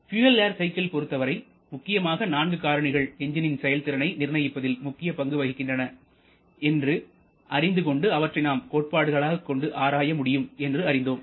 fuel air cycle பொறுத்தவரை முக்கியமாக நான்கு காரணிகள் எஞ்ஜினின் செயல்திறனை நிர்ணயிப்பதில் முக்கிய பங்கு வகிக்கின்றன என்று அறிந்து கொண்டு அவற்றை நாம் கோட்பாடுகளாக கொண்டு ஆராய முடியும் என்று அறிந்தோம்